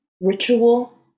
ritual